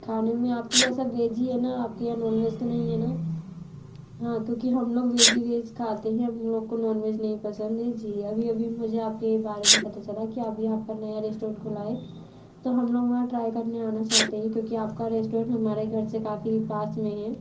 खाने में आप के यहाँ सब वेज ही है ना आप के यहाँ नॉन वेज तो नहीं है ना हाँ क्योंकि हम लोग वेज हि वेज खाते हें हम लोगों को नॉन वेज नहीं पसंद है जी अभी अभी मुझे आप के बारे में पता चला है कि अभी आप का नया रेस्टोरेंट खुला है तो हम लोग वहाँ ट्राई करने आना चाहते हैं क्योंकि आप का रेस्टोरेंट हमारे घर से काफ़ी पास में है